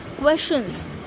questions